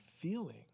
feeling